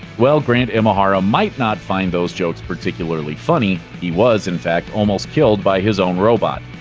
well, grant imahara might not find those jokes particularly funny he was, in fact, almost killed by his own robot.